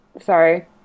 Sorry